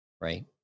Right